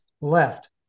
left